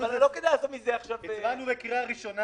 אבל לא כדאי לעשות מזה עכשיו --- הצבענו בקריאה ראשונה